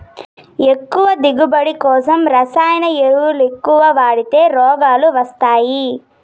ఎక్కువ దిగువబడి కోసం రసాయన ఎరువులెక్కవ వాడితే రోగాలు వస్తయ్యి